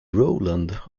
roland